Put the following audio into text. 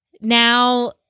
now